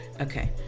Okay